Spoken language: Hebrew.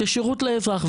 כשירות לאזרח.